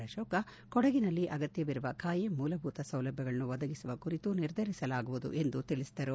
ಅಕೋಕ್ ಕೊಡಗಿನಲ್ಲಿ ಅಗತ್ಪವಿರುವ ಖಾಯಂ ಮೂಲಭೂತ ಸೌಲಭ್ಯಗಳನ್ನು ಒದಗಿಸುವ ಕುರಿತು ನಿರ್ಧರಿಸಲಾಗುವುದು ಎಂದು ತಿಳಿಸಿದರು